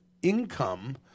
income